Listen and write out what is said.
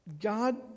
God